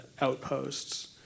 outposts